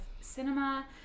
cinema